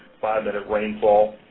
five minute rainfall.